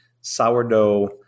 sourdough